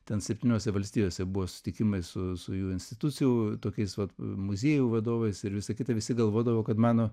ten septyniose valstijose buvo susitikimai su su jų institucijų tokiais vat muziejų vadovais ir visa kita visi galvodavo kad mano